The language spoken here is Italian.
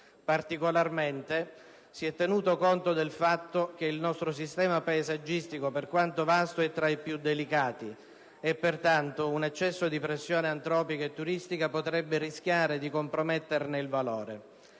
Particolarmente, si è tenuto conto del fatto che il nostro sistema paesaggistico, per quanto vasto, è tra i più delicati e, pertanto, un eccesso di pressione antropica e turistica potrebbe rischiare di comprometterne il valore.